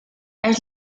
las